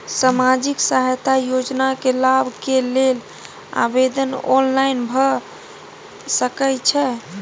सामाजिक सहायता योजना के लाभ के लेल आवेदन ऑनलाइन भ सकै छै?